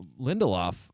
Lindelof